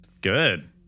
Good